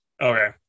okay